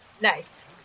nice